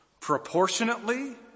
proportionately